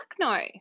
no